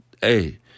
hey